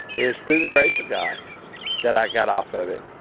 it was through the grace of god that i got off of it.